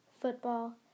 football